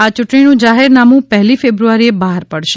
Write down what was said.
આ ચૂંટણીનું જાહેરનામું પહેલી ફેબ્રુઆરીએ બહાર પડશે